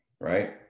right